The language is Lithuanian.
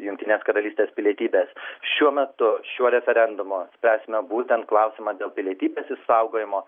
jungtinės karalystės pilietybės šiuo metu šiuo referendumu spręsime būtent klausimą dėl pilietybės išsaugojimo